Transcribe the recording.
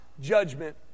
judgment